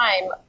time